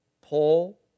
Paul